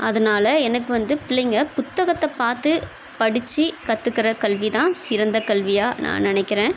அதனால் எனக்கு வந்து பிள்ளைங்கள் புத்தகத்தை பார்த்து படித்து கற்றுக்குற கல்விதான் சிறந்த கல்வியாக நான் நினைக்கிறேன்